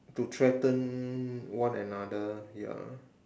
to threaten one another ya